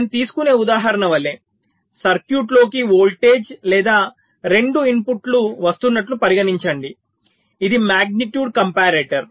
నేను తీసుకునే ఉదాహరణ వలె సర్క్యూట్ లోకి వోల్టేజ్ లేదా 2 ఇన్పుట్ల వస్తున్నట్టు పరిగణించండి ఇది మాగ్నిట్యూడ్ కంపారిటర్